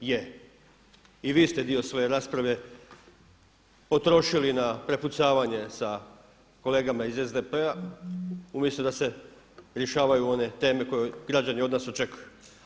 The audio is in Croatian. I vi ste dio svoje rasprave potrošili na prepucavanje sa kolegama iz SDP-a, umjesto da se rješavaju one teme koje građani od nas očekuju.